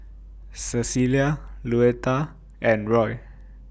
Cecilia Louetta and Roy